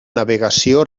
navegació